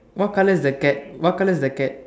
what color is the cat what color is the cat